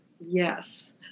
Yes